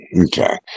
Okay